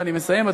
ואני מסיים,